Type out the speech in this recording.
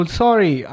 sorry